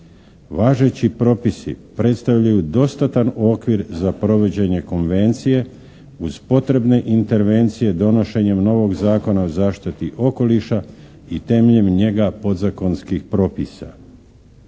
Važeći propisi predstavljaju dostatan okvir za provođenje Konvencije uz potrebne intervencije donošenjem novog Zakona o zaštiti okoliša i temeljem njega podzakonskih propisa.